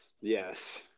Yes